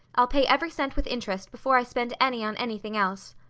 i'll pay every cent with interest, before i spend any on anything else.